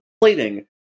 plating